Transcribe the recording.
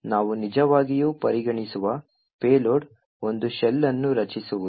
ಆದ್ದರಿಂದ ನಾವು ನಿಜವಾಗಿಯೂ ಪರಿಗಣಿಸುವ ಪೇಲೋಡ್ ಒಂದು ಶೆಲ್ ಅನ್ನು ರಚಿಸುವುದು